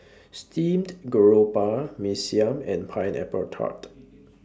Steamed Garoupa Mee Siam and Pineapple Tart